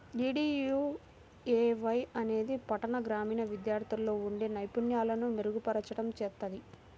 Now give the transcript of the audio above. DDUAY అనేది పట్టణ, గ్రామీణ విద్యార్థుల్లో ఉండే నైపుణ్యాలను మెరుగుపర్చడం చేత్తది